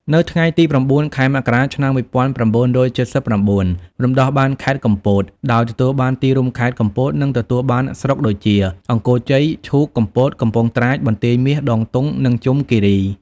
នៅថ្ងៃទី ០៩ ខែមករា ឆ្នាំ ១៩៧៩ រំដោះបានខេត្តកំពត ដោយទទួលបានទីរួមខេត្ត កំពត និងទទួលបានស្រុកដូចជា អង្គរជ័យ ឈូក កំពត កំពង់ត្រាច បន្ទាយមាស ដងទង់ និងជុំគីរី។